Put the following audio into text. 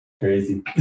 crazy